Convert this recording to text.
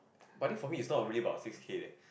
but I think for me is not really about six K leh